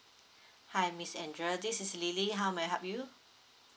hi miss andrea this is lily how may I help you